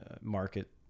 market